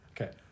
Okay